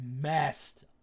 messed